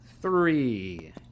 Three